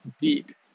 deep